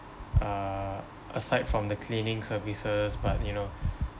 uh aside from the cleaning services but you know